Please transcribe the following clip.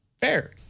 Fair